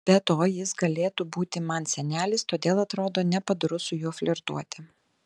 be to jis galėtų būti man senelis todėl atrodo nepadoru su juo flirtuoti